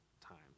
times